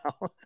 now